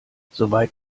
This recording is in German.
soweit